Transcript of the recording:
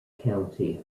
country